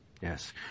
Yes